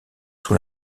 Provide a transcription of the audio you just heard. sous